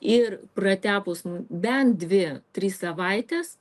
ir pratepus bent dvi tris savaites